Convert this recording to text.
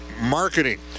marketing